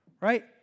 Right